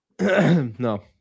No